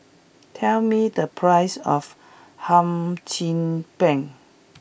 tell me the price of Hum Chim Peng